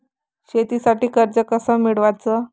शेतीसाठी कर्ज कस मिळवाच?